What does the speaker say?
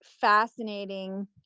fascinating